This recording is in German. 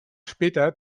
später